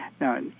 Now